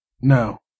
No